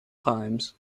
times